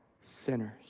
sinners